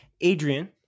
Adrian